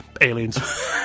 aliens